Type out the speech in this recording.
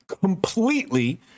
completely